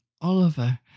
Oliver